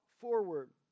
forward